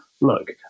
look